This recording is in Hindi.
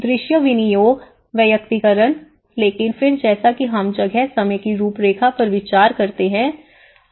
दृश्य विनियोग वैयक्तिकरण लेकिन फिर जैसा कि हम जगह समय की रूपरेखा पर विचार करते हैं